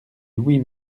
louis